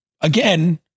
Again